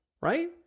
Right